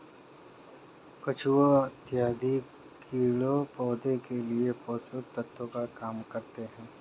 केचुआ इत्यादि कीड़े पौधे के लिए पोषक तत्व का काम करते हैं